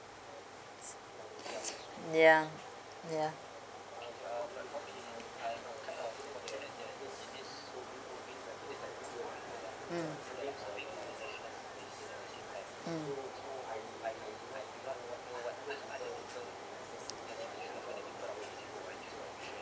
ya ya mm mm